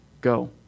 go